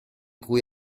cui